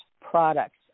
products